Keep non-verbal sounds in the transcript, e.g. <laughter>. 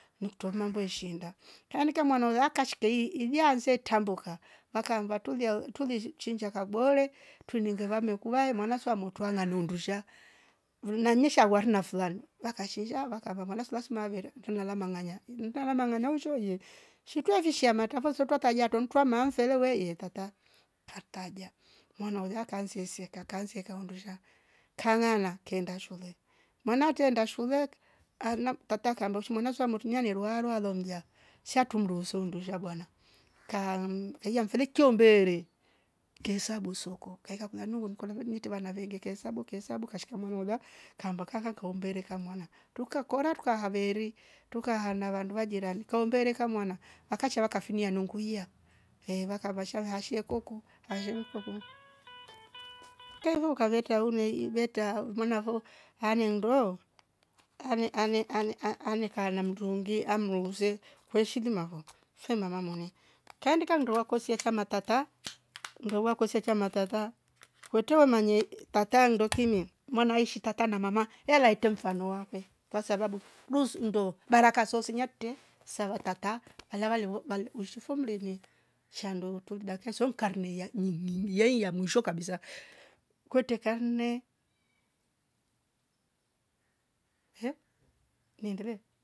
Mtunwa nambwe shinda yani kamwenola lkisha ye ili aanze tambuka vakanva tulia tuli chinja kabwele tuinginge vamekuva maana swamotwala leondusha vimami shawara na fulani wakashesha wakava mana sulasula mavere mfilwa lamanganya mta lamanganya namshoye shitwa vishi amatavo sotwa taya tontolwa mamfele weye tata tataja mwana ula kansese kakanse kaondosha kangana kenda shule mwanate keenda shule arna tata kambe ushu she mwana metumia nerwawa romja satu mndoso ndoshabana kaam via mnikchio mbere kesa busoko kaeka kula ngukole meeta wana vingike kaesabu kaesabu kashika maloba kamba kaka kaumbere mwana tukakora tukahaveri tukahana wandu vajerani ukaumbereka mwana wakacha wakafingia nungu hia ehh wakavasha shie koku <noise> kevu ukaveta unei veta mwana ho anendo, ane- ane- ane- ane- aneka na mrungi amwowose kweshili mako fwe mama moni kiandika mnduwa kosie kamatata <noise> nduwa kose chamatata <noise> koto manye tata ndokime maana aishi tata na mama yalaite mfano wakwe kwasababu ndusundo barakaso senyangte savatata alava iyo vale ushifo mndeni shandoto dakka souko karia nyimningi yeiya mwisho kabisa kwete kahne ehh niendele